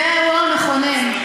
זה אירוע מכונן.